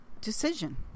decision